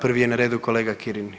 Prvi je na redu kolega Kirin.